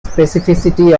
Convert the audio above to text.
specificity